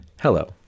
hello